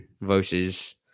versus